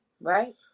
right